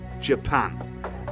Japan